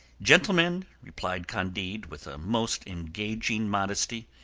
gentlemen, replied candide, with a most engaging modesty,